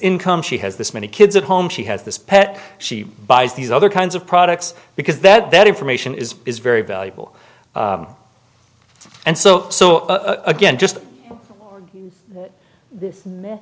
income she has this many kids at home she has this pet she buys these other kinds of products because that that information is is very valuable and so so again just